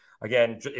again